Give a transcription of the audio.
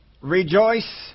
Rejoice